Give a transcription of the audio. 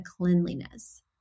cleanliness